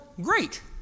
great